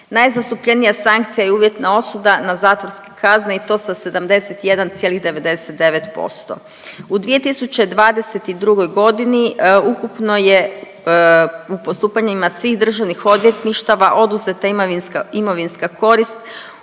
Najzastupljenija sankcija i uvjetna osuda na zatvorske kazne i to sa 71,99%. U 2022. godini ukupno je u postupanjima svih državnih odvjetništava oduzeta imovinska korist